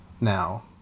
now